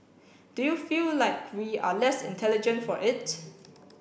do you feel like we are less intelligent for it